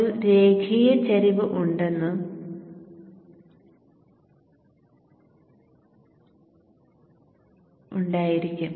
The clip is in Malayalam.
ഒരു രേഖീയ ചരിവ് ഉണ്ടായിരിക്കും